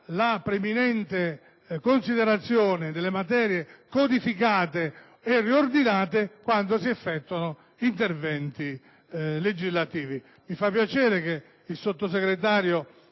la preminente considerazione delle materie codificate e riordinate quando si effettuano interventi legislativi. Mi fa piacere che il Sottosegretario